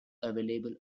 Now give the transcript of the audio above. available